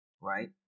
right